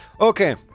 Okay